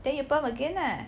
then you perm again lah